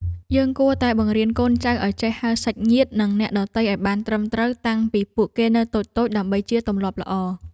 យើងគួរតែបង្រៀនកូនចៅឱ្យចេះហៅសាច់ញាតិ និងអ្នកដទៃឱ្យបានត្រឹមត្រូវតាំងពីពួកគេនៅតូចៗដើម្បីជាទម្លាប់ល្អ។